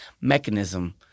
mechanism